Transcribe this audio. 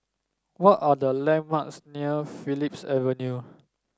what are the landmarks near Phillips Avenue